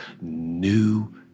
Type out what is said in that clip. new